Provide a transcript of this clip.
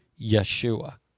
Yeshua